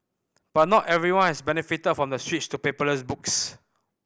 but not everyone has benefited from the switch to paperless books